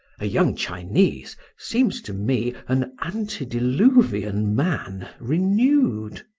a young chinese seems to me an antediluvian man renewed.